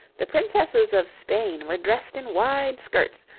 the princesses of spain were dressed in wide skirts,